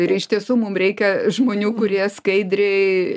ir iš tiesų mum reikia žmonių kurie skaidriai